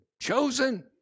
chosen